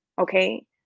okay